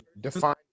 define